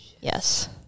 yes